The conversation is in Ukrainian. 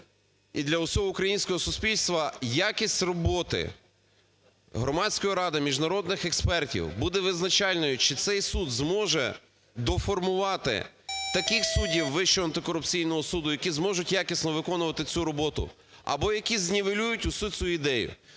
і для усього українського суспільства якість роботи Громадської ради міжнародних експертів буде визначальною, чи цей суд зможе доформувати таких суддів Вищого антикорупційного суду, які зможуть якісно виконувати цю роботу або які знівелюють усю цю ідею.